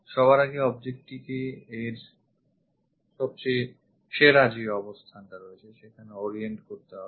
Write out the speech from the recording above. সবার আগে object টিকে এর সেরা অবস্থানে orient করো